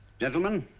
gentlemen,